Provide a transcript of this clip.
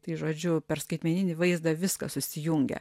tai žodžiu per skaitmeninį vaizdą viskas susijungia